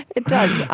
it does.